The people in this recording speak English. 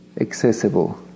accessible